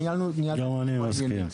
ניהלנו --- גם אני מסכים.